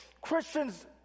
Christians